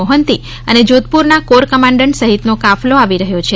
મોહંતી અને જોધપુરના corps commandant સહિતનો કાફલો આવી રહ્યો છે